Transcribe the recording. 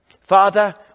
Father